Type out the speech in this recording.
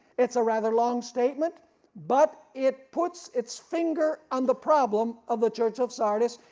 it's a rather long statement but it puts its finger on the problem of the church of sardis,